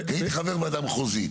הייתי חבר וועדה מחוזית,